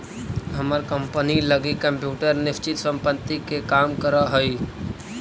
हमर कंपनी लगी कंप्यूटर निश्चित संपत्ति के काम करऽ हइ